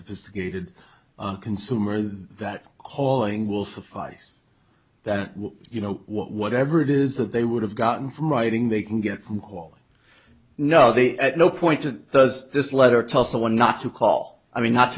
sophisticated consumer that calling will suffice that you know whatever it is that they would have gotten from writing they can get from paul no the at no point to this letter tell someone not to call i mean not